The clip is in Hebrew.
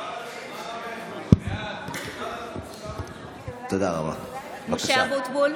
(קוראת בשמות חברי הכנסת) משה אבוטבול,